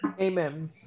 Amen